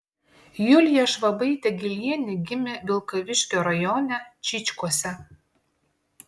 julija švabaitė gylienė gimė vilkaviškio rajone čyčkuose